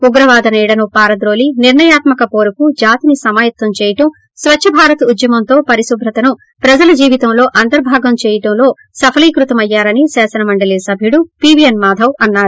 ఉగ్రవాద నీడను పారద్రోలి నిర్ణయాత్మక పోరుకు జాతిని సమాయత్తం చేయటం స్వచ్చ భారత్ ఉద్యమంతో పరిశుభ్రతను ప్రజల జీవితంలో అంతర్భాగం చెయ్యటంలో సఫళీకృతమయ్యారని శాసనమండలి సభ్యుడు వీపీఎన్ మాధవ్ అన్నారు